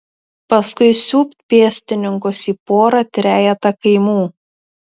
paskui siūbt pėstininkus į porą trejetą kaimų